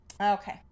Okay